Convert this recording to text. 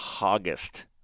August